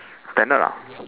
standard lah